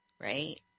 Right